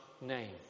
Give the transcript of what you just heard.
name